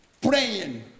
praying